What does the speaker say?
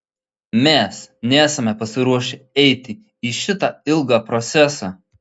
mes nesame pasiruošę eiti į šitą ilgą procesą